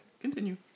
continue